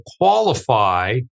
qualify